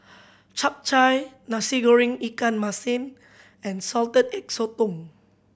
Chap Chai Nasi Goreng ikan masin and Salted Egg Sotong